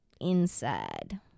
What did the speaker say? inside